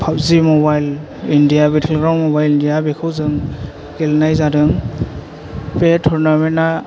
PUBG mobile India battleground mobile India बेखौ जों गेलेनाय जादों बे थरनामेन्थआ